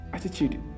Attitude